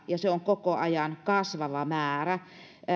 ja se on koko ajan kasvava määrä